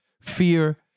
fear